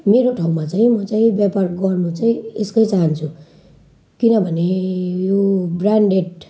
मेरो ठाउँमा चाहिँ म चाहिँ व्यापार गर्नु चाहिँ यसकै चाहन्छु किनभने यो ब्रान्डेड